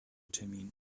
termin